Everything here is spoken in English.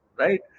Right